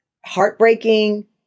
heartbreaking